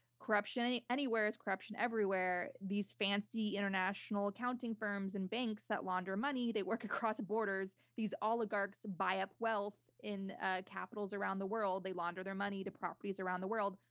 corruption and anywhere is corruption everywhere. these fancy international accounting firms and banks that launder money, they work across borders. these oligarchies buy up wealth in ah capitals around the world. they launder their money to properties around the world.